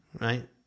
Right